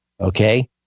Okay